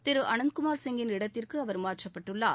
திரு அனந்த் குமார் சிங்கின் இடத்திற்கு அவர் மாற்றப்பட்டுள்ளார்